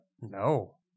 No